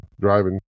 driving